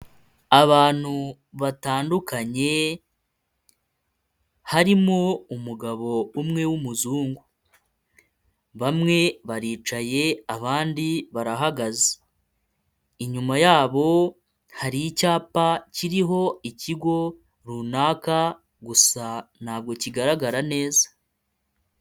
Abantu batandukanye harimo umugabo umwe w'umuzungu, bamwe baricaye abandi barahagaze, inyuma yabo hari icyapa kiriho ikigo runaka gusa ntabwo kigaragara neza.